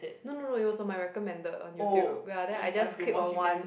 no no no it was on my recommended on YouTube ya then I just click on one